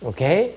Okay